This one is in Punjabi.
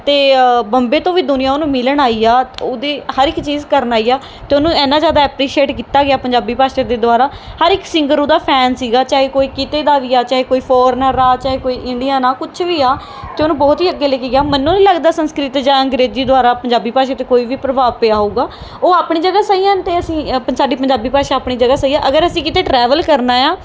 ਅਤੇ ਬੰਬੇ ਤੋਂ ਵੀ ਦੁਨੀਆ ਉਹਨੂੰ ਮਿਲਣ ਆਈ ਆ ਉਹਦੇ ਹਰ ਇੱਕ ਚੀਜ਼ ਕਰਨ ਆਈ ਆ ਅਤੇ ਉਹਨੂੰ ਇੰਨਾਂ ਜ਼ਿਆਦਾ ਐਪਰੀਸ਼ੀਏਟ ਕੀਤਾ ਗਿਆ ਪੰਜਾਬੀ ਭਾਸ਼ਾ ਦੇ ਦੁਆਰਾ ਹਰ ਇੱਕ ਸਿੰਗਰ ਉਹਦਾ ਫੈਨ ਸੀਗਾ ਚਾਹੇ ਕੋਈ ਕਿਤੇ ਦਾ ਵੀ ਆ ਚਾਹੇ ਕੋਈ ਫੋਰਨਰ ਆ ਚਾਹੇ ਕੋਈ ਇੰਡੀਅਨ ਆ ਕੁਛ ਵੀ ਆ ਅਤੇ ਉਹਨੂੰ ਬਹੁਤ ਹੀ ਅੱਗੇ ਲੈ ਕੇ ਗਿਆ ਮੈਨੂੰ ਨਹੀਂ ਲੱਗਦਾ ਸੰਸਕ੍ਰਿਤ ਜਾਂ ਅੰਗਰੇਜ਼ੀ ਦੁਆਰਾ ਪੰਜਾਬੀ ਭਾਸ਼ਾ 'ਤੇ ਕੋਈ ਵੀ ਪ੍ਰਭਾਵ ਪਿਆ ਹੋਊਗਾ ਉਹ ਆਪਣੀ ਜਗ੍ਹਾ ਸਹੀ ਹਨ ਅਤੇ ਅਸੀਂ ਸਾਡੀ ਪੰਜਾਬੀ ਭਾਸ਼ਾ ਆਪਣੀ ਜਗ੍ਹਾ ਸਹੀ ਅਗਰ ਅਸੀਂ ਕਿਤੇ ਟਰੈਵਲ ਕਰਨਾ ਆ